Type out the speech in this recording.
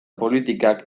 politikak